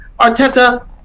Arteta